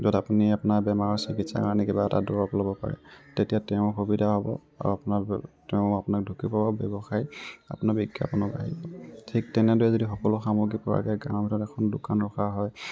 য'ত আপুনি আপোনাৰ বেমাৰৰ চিকিৎসাৰ কাৰণে কিবা এটা দৰৱ ল'ব পাৰে তেতিয়া তেওঁৰ সুবিধা হ'ব আৰু আপোনাৰ তেওঁ আপোনাক ঢুকি পাব ব্যৱসায় আপোনাৰ বিজ্ঞাপনৰ কাৰণে ঠিক তেনেদৰে যদি সকলো সামগ্ৰী পোৱাকৈ গাঁৱৰ ভিতৰত এখন দোকান ৰখা হয়